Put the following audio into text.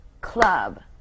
club